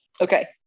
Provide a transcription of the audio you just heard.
Okay